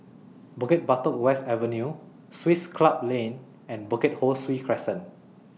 Bukit Batok West Avenue Swiss Club Lane and Bukit Ho Swee Crescent